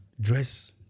dress